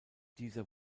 dieser